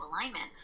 alignment